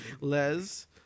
Les